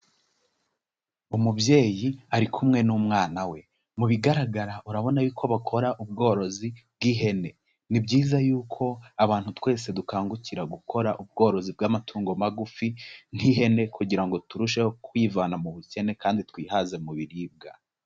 Umubyeyi ari kumwe n'umwana we, mu bigaragara urabona yuko bakora ubworozi bw'ihene, ni byiza yuko abantu twese dukangukira gukora ubworozi bw'amatungo magufi, nk'ihene kugira ngo turusheho kwivana mu bukene kandi twihaze mu biribwa.